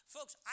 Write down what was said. Folks